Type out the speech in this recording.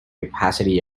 opacity